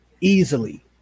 Easily